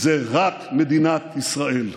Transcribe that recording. זו רק מדינת ישראל.